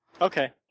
Okay